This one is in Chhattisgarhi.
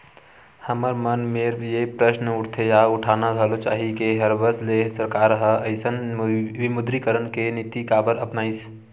हमर मन मेर ये प्रस्न उठथे या उठाना घलो चाही के हबरस ले सरकार ह अइसन विमुद्रीकरन के नीति काबर अपनाइस?